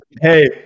Hey